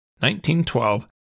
1912